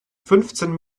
fünfzehn